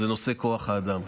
היא נושא כוח האדם.